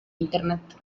internet